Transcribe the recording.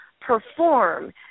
perform